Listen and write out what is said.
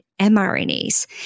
mRNAs